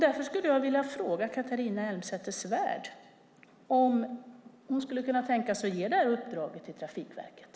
Därför skulle jag vilja fråga Catharina Elmsäter-Svärd om hon skulle kunna tänka sig att ge detta uppdrag till Trafikverket.